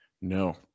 No